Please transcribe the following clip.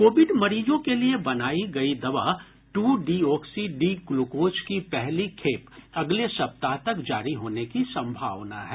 Covid मरीजों के लिए बनाई गई दवा ट्र डीओक्सी डी ग्लूकोज की पहली खेप अगले सप्ताह तक जारी होने की संभावना है